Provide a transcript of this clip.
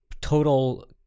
total